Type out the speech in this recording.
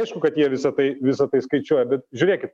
aišku kad jie visa tai visa tai skaičiuoja bet žiūrėkit